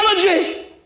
technology